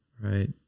Right